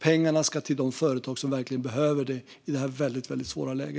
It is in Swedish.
Pengarna ska till de företag som verkligen behöver dem i detta svåra läge.